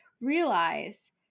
realize